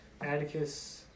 Atticus